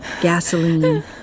gasoline